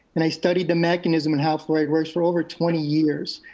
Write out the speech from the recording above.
and i studied the mechanism and how fluoride works for over twenty years.